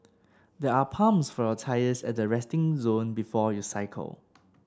there are pumps for your tyres at the resting zone before you cycle